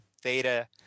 theta